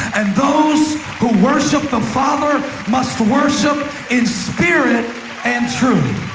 and those who worship the father must worship and spirit and truth.